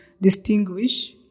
distinguish